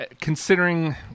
Considering